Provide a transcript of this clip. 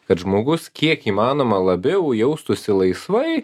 kad žmogus kiek įmanoma labiau jaustųsi laisvai